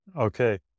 Okay